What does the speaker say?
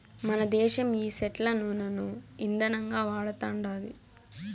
మనదేశం ఈ సెట్ల నూనను ఇందనంగా వాడతండాది